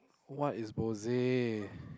what is bosay